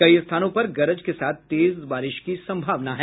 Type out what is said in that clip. कई स्थानों पर गरज के साथ तेज बारिश की सम्भावना है